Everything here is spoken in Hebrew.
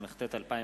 התשס"ט 2009,